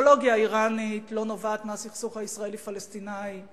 האידיאולוגיה האירנית לא נובעת מהסכסוך הישראלי פלסטיני.